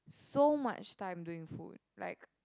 so much time doing food like